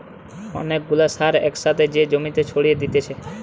অনেক গুলা সার এক সাথে যে জমিতে ছড়িয়ে দিতেছে